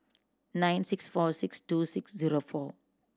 nine six four six two six zero four